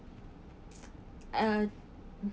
uh